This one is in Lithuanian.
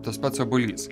tas pats obuolys